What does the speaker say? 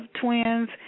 twins